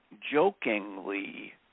jokingly